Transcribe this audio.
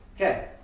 Okay